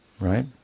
right